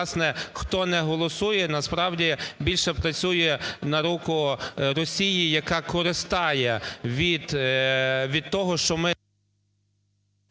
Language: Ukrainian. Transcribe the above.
хто не голосує, насправді більше працює на руку Росії, яка користає від того, що ми…